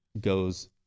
goes